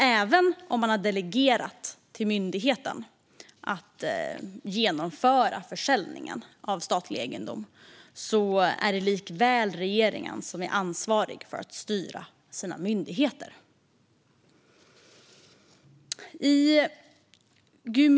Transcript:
Även om man har delegerat till myndigheten att genomföra försäljningen av statlig egendom är det likväl regeringen som är ansvarig för att styra sina myndigheter.